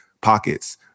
pockets